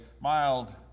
mild